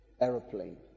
aeroplane